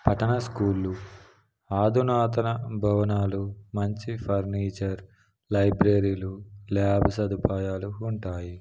పట్టణ స్కూళ్ళు ఆధునాతన భవనాలు మంచి ఫర్నీచర్ లైబ్రరీలు ల్యాబ్ సదుపాయాలు ఉంటాయి